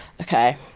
Okay